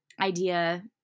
idea